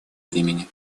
времени